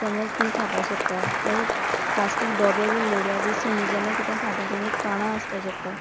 समज तीं खावपा शकता जाल्यार प्लास्टीक डोबे बी उडयल्यार तीं सुणी जेन्ना कितें खाता तेंगे तोंडां वचपा शकता